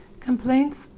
Complaints